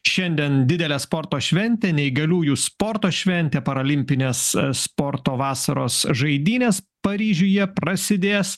šiandien didelę sporto šventę neįgaliųjų sporto šventę parolimpinės sporto vasaros žaidynės paryžiuje prasidės